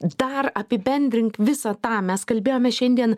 dar apibendrink visą tą mes kalbėjome šiandien